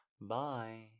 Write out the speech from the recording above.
Bye